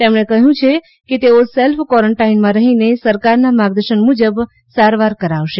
તેમણે કહ્યું કે તેઓ સેલ્ફ ક્વોરોન્ટાઇનમાં રહીને સરકારના માર્ગદર્શન મૂજબ સારવાર કરાવશે